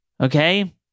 Okay